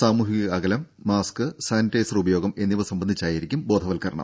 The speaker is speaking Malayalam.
സാമൂഹിക അകലം മാസ്ക് സാനിറ്റൈസർ ഉപയോഗം എന്നിവ സംബന്ധിച്ചായിരിക്കും ബോധവൽക്കരണം